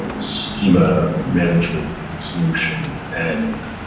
schema management solution. and